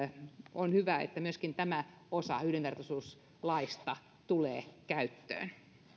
on hyvä että myöskin tämä osa yhdenvertaisuuslaista tulee käyttöön